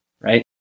Right